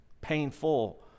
painful